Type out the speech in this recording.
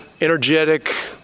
energetic